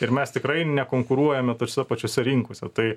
ir mes tikrai nekonkuruojame tose pačiose rinkose tai